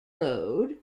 road